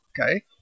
okay